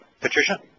Patricia